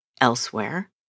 Elsewhere